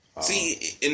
See